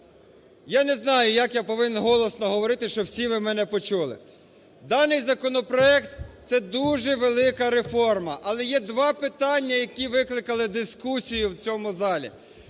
Я не знаю, як я повинен голосно говорити, щоб всі ви мене почули. Даний законопроект – це дуже велика реформа, але є два питання, які викликали дискусію в цьому залі.